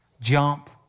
Jump